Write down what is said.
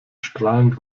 strahlend